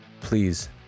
please